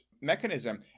mechanism